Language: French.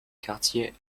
quartier